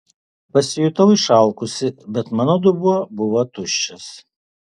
pasijutau išalkusi bet mano dubuo buvo tuščias